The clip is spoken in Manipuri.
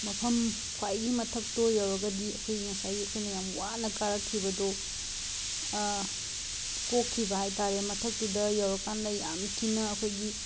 ꯃꯐꯝ ꯈ꯭ꯋꯥꯏꯗꯒꯤ ꯃꯊꯛꯇꯨ ꯌꯧꯔꯒꯗꯤ ꯑꯩꯈꯣꯏꯒꯤ ꯉꯁꯥꯏꯒꯤ ꯑꯩꯈꯣꯏꯅ ꯌꯥꯝꯅ ꯋꯥꯅ ꯀꯥꯔꯛꯈꯤꯕꯗꯨ ꯀꯣꯛꯈꯤꯕ ꯍꯥꯏ ꯇꯥꯔꯦ ꯃꯊꯛꯇꯨꯗ ꯌꯧꯔꯀꯥꯟꯗ ꯌꯥꯝꯅ ꯊꯤꯅ ꯑꯩꯈꯣꯏꯒꯤ